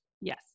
yes